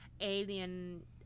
alien